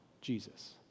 Jesus